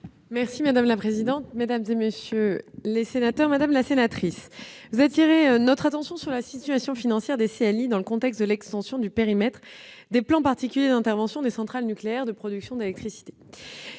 ? La parole est à Mme la secrétaire d'État. Madame la sénatrice, vous appelez notre attention sur la situation financière des CLI dans le contexte de l'extension du périmètre des plans particuliers d'intervention des centrales nucléaires de production d'électricité.